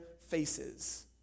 faces